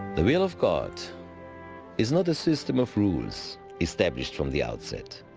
the will of god is not a system of rules established from the outset.